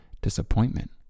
disappointment